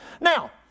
Now